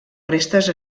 restes